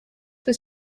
was